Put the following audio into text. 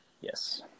Yes